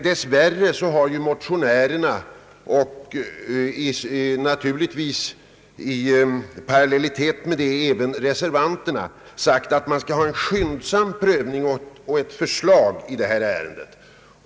Dess värre har motionärerna och därmed även reservanterna sagt att man bör få en skyndsam prövning och ett förslag i det här ärendet.